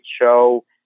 show